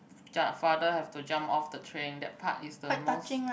father have to jump off the train that part is the most